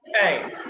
Hey